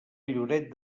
lloret